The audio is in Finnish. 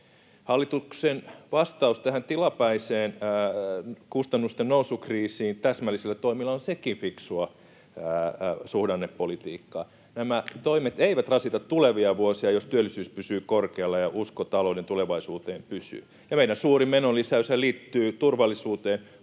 Hallituksen vastaus tähän tilapäiseen kustannusten nousukriisiin täsmällisillä toimilla on sekin fiksua suhdannepolitiikkaa. Nämä toimet eivät rasita tulevia vuosia, jos työllisyys pysyy korkealla ja usko talouden tulevaisuuteen pysyy. Ja meidän suurin menolisäyshän liittyy turvallisuuteen,